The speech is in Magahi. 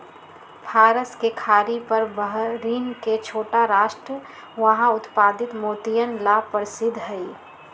फारस के खाड़ी पर बहरीन के छोटा राष्ट्र वहां उत्पादित मोतियन ला प्रसिद्ध हई